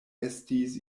estis